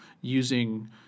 using